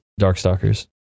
Darkstalkers